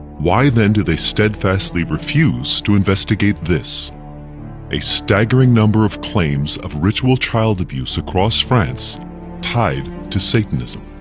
why then do they steadfastly refuse to investigate this a staggering number of claims of ritual child abuse across france tied to satanism.